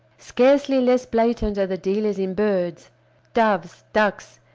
scarcely less blatant are the dealers in birds doves, ducks,